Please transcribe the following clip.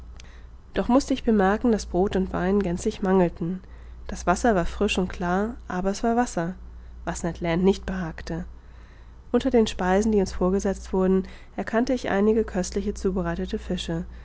doch muß ich bemerken daß brod und wein gänzlich mangelten das wasser war frisch und klar aber es war wasser was ned land nicht behagte unter den speisen die uns vorgesetzt wurden erkannte ich einige köstlich zubereitete fische